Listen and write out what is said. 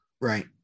right